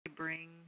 Bring